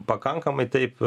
pakankamai taip